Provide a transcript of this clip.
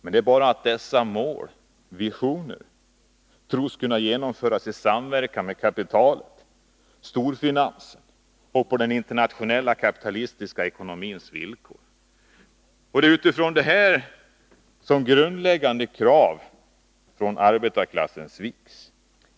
Det är bara det att dessa mål — eller visioner — tros kunna genomföras i samverkan med kapitalet, med storfinansen, och på den internationella kapitalistiska ekonomins villkor. Det är mot den bakgrunden de grundläggande kraven för arbetarklassen sviks.